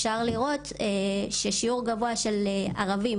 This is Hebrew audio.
אפשר לראות ששיעור גבוה של ערבים,